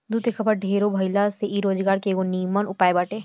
दूध के खपत ढेरे भाइला से इ रोजगार के एगो निमन उपाय बाटे